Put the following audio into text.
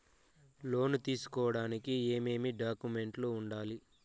లోను తీసుకోడానికి ఏమేమి డాక్యుమెంట్లు ఉండాలి